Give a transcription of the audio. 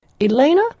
Elena